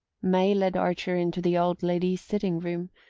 may led archer into the old lady's sitting-room,